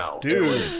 dude